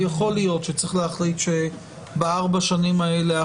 יכול להיות שצריך להחליט שב-4 השנים האלה,